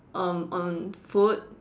on on food